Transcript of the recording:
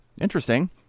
Interesting